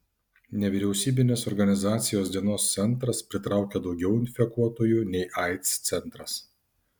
nevyriausybinės organizacijos dienos centras pritraukia daugiau infekuotųjų nei aids centras